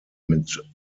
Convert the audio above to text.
mit